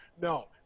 No